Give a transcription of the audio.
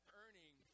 earning